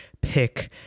pick